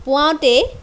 পুৱাওতেই